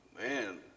Man